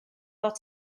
fod